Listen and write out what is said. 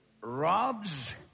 Robs